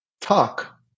talk